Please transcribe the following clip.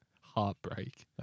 Heartbreak